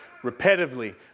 repetitively